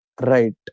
Right